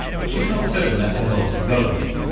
but she's not certain that's a healthy development.